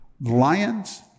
Lions